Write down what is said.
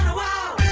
wow